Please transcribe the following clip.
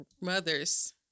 mother's